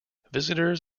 visitors